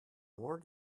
more